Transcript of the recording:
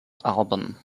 album